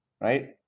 Right